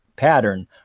Pattern